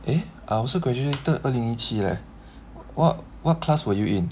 eh I also graduated 二零一七 leh what what class were you in